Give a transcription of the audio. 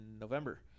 November